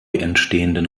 entstehenden